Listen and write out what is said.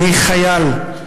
אני חייל,